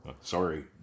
sorry